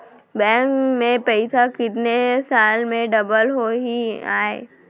Bank में पइसा कितने साल में डबल होही आय?